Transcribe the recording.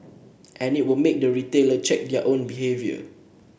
and it will make the retailer check their own behaviour